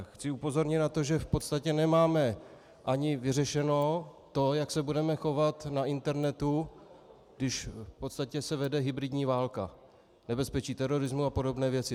Chci upozornit na to, že v podstatě nemáme ani vyřešeno to, jak se budeme chovat na internetu, když se v podstatě vede hybridní válka, nebezpečí terorismu a podobné věci.